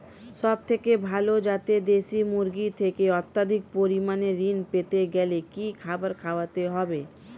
সবথেকে ভালো যাতে দেশি মুরগির থেকে অত্যাধিক পরিমাণে ঋণ পেতে গেলে কি খাবার খাওয়াতে হবে?